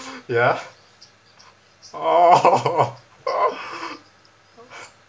ya orh